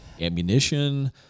ammunition